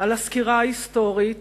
על הסקירה ההיסטורית,